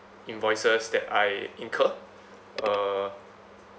invoices that I incur uh